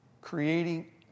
Creating